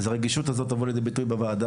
אז הרגישות הזאת תבוא לידי ביטוי בוועדה,